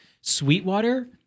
Sweetwater